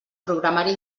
programari